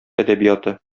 әдәбияты